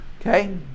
Okay